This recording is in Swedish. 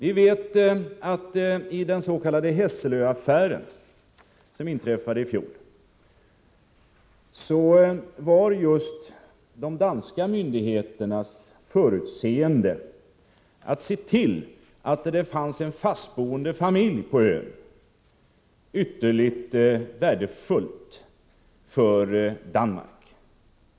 I den s.k. Hässelö-affären, som inträffade i fjol, var de danska myndigheterna förutseende när det gällde att se till att det fanns en fast boende familj på ön, vilket ju var ytterligt värdefullt för Danmark.